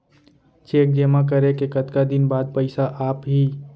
Cheque जेमा करे के कतका दिन बाद पइसा आप ही?